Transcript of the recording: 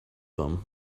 them